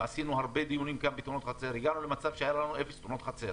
עשינו הרבה דיונים כאן בנושא תאונות חצר.